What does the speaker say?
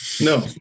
No